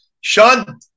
Sean